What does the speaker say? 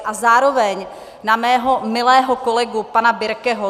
A zároveň na mého milého kolegu pana Birkeho.